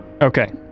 Okay